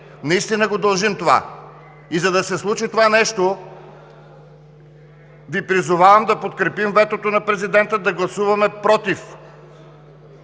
наистина го дължим това. И за да се случи това нещо, Ви призовавам да подкрепим ветото на Президента – да гласуваме „против“